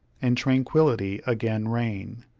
and tranquillity again reign.